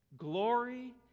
glory